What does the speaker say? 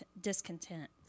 discontent